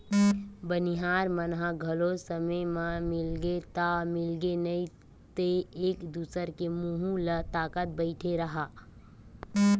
बनिहार मन ह घलो समे म मिलगे ता मिलगे नइ ते एक दूसर के मुहूँ ल ताकत बइठे रहा